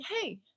hey